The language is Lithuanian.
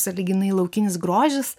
sąlyginai laukinis grožis